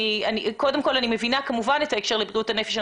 אני כמובן מבינה את ההקשר לבריאות הנפש.